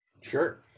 sure